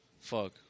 Fuck